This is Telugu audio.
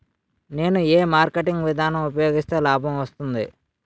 నేను ఏ మార్కెటింగ్ విధానం ఉపయోగిస్తే లాభం వస్తుంది?